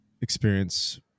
experience